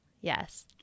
yes